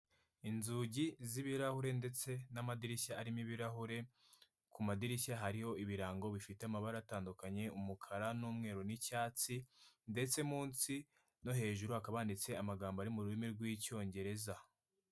Inzugi z'ibirahure ndetse n'amadirishya arimo ibirahure, ku madirishya hariho ibirango bifite amabara atandukanye umukara n'umweru n'icyatsi ndetse munsi no hejuru hakaba handitse amagambo ari mu rurimi rw'icyongereza.